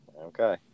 Okay